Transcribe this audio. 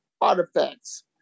artifacts